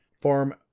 form